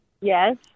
Yes